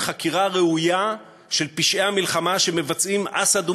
חקירה ראויה של פשעי המלחמה שמבצעים אסד ומסייעיו,